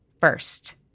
First